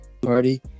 party